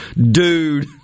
Dude